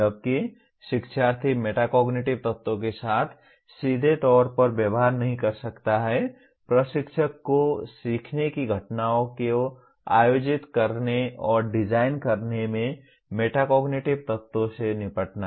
जबकि शिक्षार्थी मेटाकॉग्निटिव तत्वों के साथ सीधे तौर पर व्यवहार नहीं कर सकता है प्रशिक्षक को सीखने की घटनाओं को आयोजित करने और डिजाइन करने में मेटाकॉग्निटिव तत्वों से निपटना है